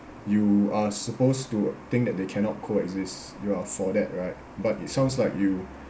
you are supposed to think that they cannot coexist you are for that right but it sounds like you